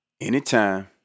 anytime